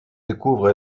découvre